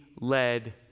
led